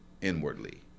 inwardly